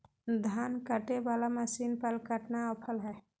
धान कटे बाला मसीन पर कतना ऑफर हाय?